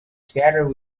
together